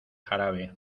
jarabe